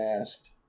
asked